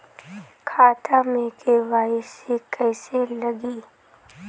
खाता में के.वाइ.सी कइसे लगी?